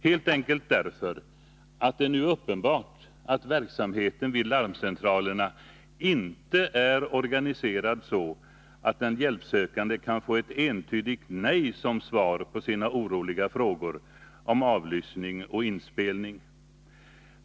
Helt enkelt därför att det nu är uppenbart att verksamheten vid larmcentralerna inte är organiserad så, att den hjälpsökande kan få ett entydigt nej som svar på sina oroliga frågor om avlyssning och inspelning.